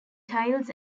tiles